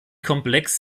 komplex